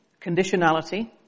Conditionality